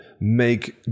make